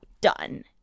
done